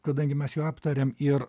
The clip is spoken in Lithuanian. kadangi mes jau aptarėm ir